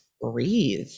breathe